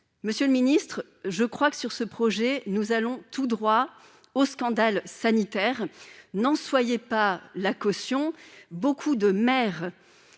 monsieur le ministre, je crois que sur ce projet, nous allons tout droit au scandale sanitaire n'en soyez pas la caution, beaucoup de maires